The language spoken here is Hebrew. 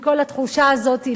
עם כל התחושה הזאת,